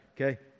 Okay